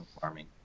Farming